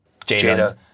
Jada